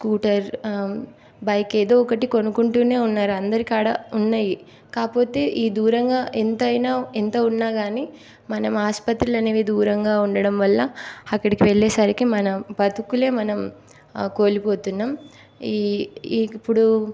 scooter bike ఏదో ఒకటి కొనుక్కుంటూనే ఉన్నారు అందరి కాడ ఉన్నాయి కాకపోతే ఈ దూరంగా ఎంతైనా ఎంత ఉన్నాకానీ మనం ఆస్పత్రులు అనేవి దూరంగా ఉండడం వల్ల అక్కడికి వెళ్ళేసరికి మనం మన బతుకులే మనం కోల్పోతున్నాం ఈ ఇప్పుడు